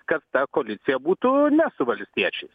kad ta koalicija būtų ne su valstiečiais